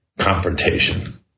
confrontation